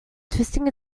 twisting